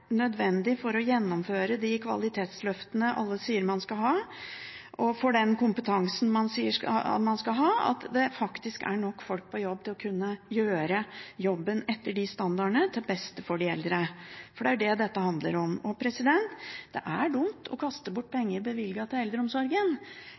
nødvendig for å gjennomføre de kvalitetsløftene alle sier man skal ha, og for den kompetansen man sier man skal ha, at det faktisk er nok folk på jobb til å kunne gjøre jobben etter de standardene, til beste for de eldre – for det er det dette handler om. Og det er dumt å kaste bort